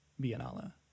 Biennale